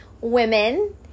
women